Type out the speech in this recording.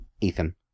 Ethan